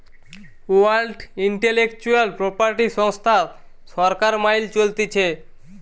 world intellectual property সংস্থা সরকার মাইল চলতিছে